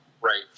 Right